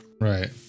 Right